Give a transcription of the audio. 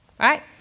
Right